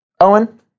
Owen